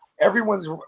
everyone's